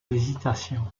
hésitation